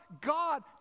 God